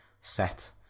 set